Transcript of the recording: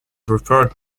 referred